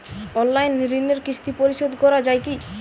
Online ঋণের কিস্তি পরিশোধ করা যায় কি?